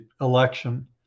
election